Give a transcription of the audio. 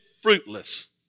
fruitless